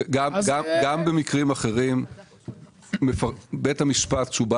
גם במקרים אחרים בית המשפט כשהוא בא